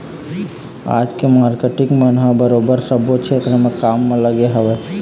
आज के मारकेटिंग मन ह बरोबर सब्बो छेत्र म काम म लगे हवँय